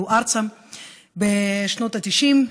בשנות ה-90,